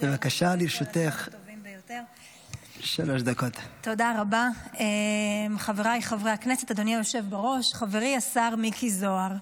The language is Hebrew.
הכנסת, אדוני היושב בראש, חברי השר מיקי זוהר,